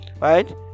right